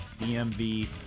DMV